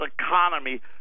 economy